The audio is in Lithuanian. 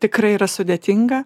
tikrai yra sudėtinga